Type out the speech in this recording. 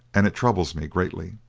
and it troubles me greatly.